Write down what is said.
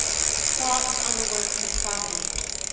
thoughts on the works of providence.